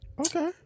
Okay